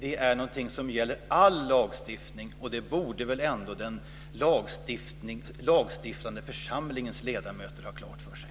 Det är någonting som gäller all lagstiftning, och det borde väl ändå den lagstiftande församlingens ledamöter ha klart för sig.